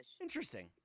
Interesting